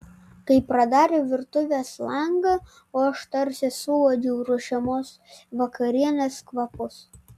kai pradarė virtuvės langą o aš tarsi suuodžiau ruošiamos vakarienės kvapus